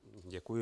Děkuji.